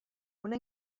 una